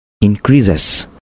increases